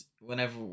whenever